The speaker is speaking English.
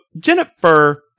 Jennifer